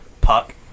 Puck